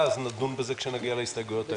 אז נדון בכך כשנגיע להסתייגויות אלה.